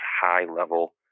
high-level